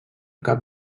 cap